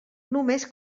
només